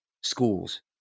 schools